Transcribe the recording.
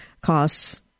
costs